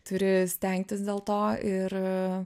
turi stengtis dėl to ir